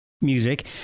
music